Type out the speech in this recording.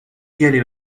گلی